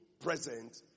Present